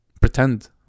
pretend